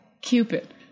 Cupid